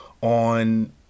on